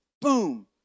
boom